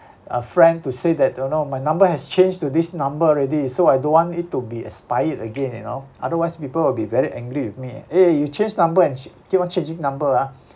uh friend to say that you know my number has changed to this number already so I don't want it to be expired again you know otherwise people will be very angry with me eh you change number and keep on changing number ah